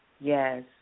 Yes